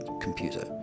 computer